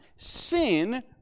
Sin